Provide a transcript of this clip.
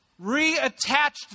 reattached